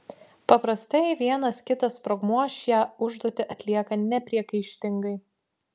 paprastai vienas kitas sprogmuo šią užduotį atlieka nepriekaištingai